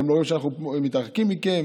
אתם לא רואים שאנחנו מתרחקים מכם?